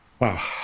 wow